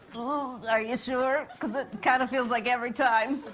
ooh, are you sure? cause it kind of feels like every time.